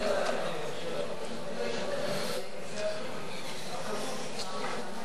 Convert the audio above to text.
ונכון להיום, הזוגות הצעירים לא קונים דירות.